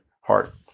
heart